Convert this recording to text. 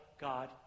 God